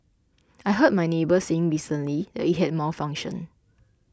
I heard my neighbour saying recently that it had malfunctioned